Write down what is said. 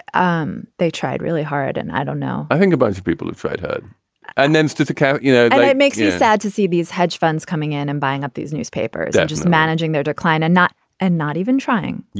um they tried really hard. and i don't know. i think a bunch of people have tried hard and then it's difficult. you know, it makes you sad to see these hedge funds coming in and buying up these newspapers and just managing their decline and not and not even trying.